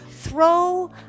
throw